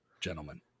gentlemen